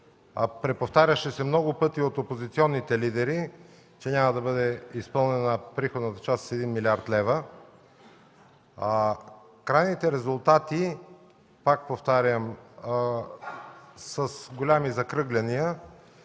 Преповтаряше се много пъти от опозиционните лидери, че няма да бъде изпълнена приходната част с 1 млрд. лв. Крайните резултати, пак повтарям, с големи закръгляния